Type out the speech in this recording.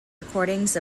recordings